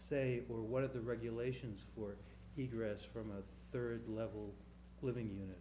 say or what are the regulations were they dress from a third level living you